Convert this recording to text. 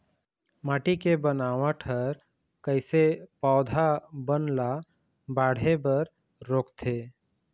माटी के बनावट हर कइसे पौधा बन ला बाढ़े बर रोकथे?